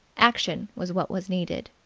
action was what was needed.